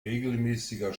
regelmäßiger